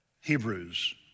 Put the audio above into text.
Hebrews